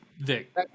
Vic